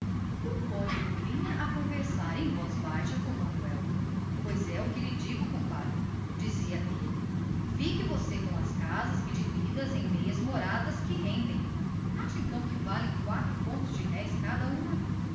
o cônego vinha a discretear para manuel em voz soturna pois é o que lhe digo compadre fique você com as casas e divida as em meias moradas que rendem acha então que vou bem dando quatro contos de réis por cada uma